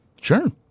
Sure